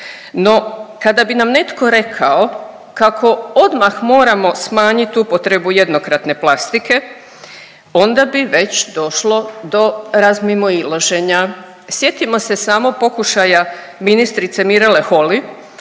No, kada bi nam netko rekao kako odmah moramo smanjit upotrebu jednokratne plastike onda bi već došlo do razmimoilaženja. Sjetimo se samo pokušaja ministrice Mirele Holy